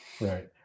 Right